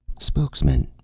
spokesman,